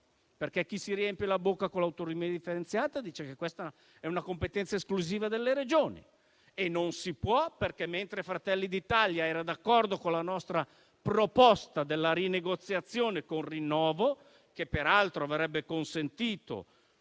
perché chi si riempie la bocca con l'autonomia differenziata dice che questa è una competenza esclusiva delle Regioni. E non si può perché, mentre Fratelli d'Italia era d'accordo con la nostra proposta di rinegoziazione con rinnovo, che peraltro avrebbe consentito